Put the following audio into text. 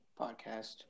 podcast